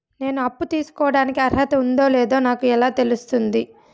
నేను అప్పు తీసుకోడానికి అర్హత ఉందో లేదో నాకు ఎలా తెలుస్తుంది?